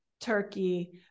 Turkey